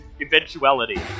eventuality